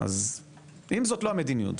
אם זאת לא המדיניות,